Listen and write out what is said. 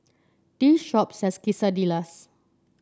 this shop sells Quesadillas